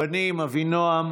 הבנים אבינועם,